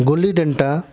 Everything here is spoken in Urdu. گلی ڈنڈا